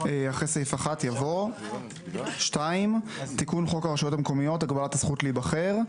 אחרי סעיף 1 יבוא: 2. תיקון חוק הרשויות המקומיות הגבלת הזכות להיבחר.